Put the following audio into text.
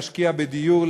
להשקיע בדיור,